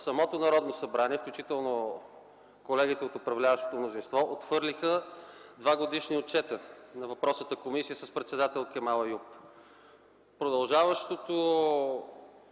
самото Народно събрание, включително колегите от управляващото мнозинство, отхвърлиха два годишни отчета на въпросната комисия с председател Кемал Еюп. Продължаващото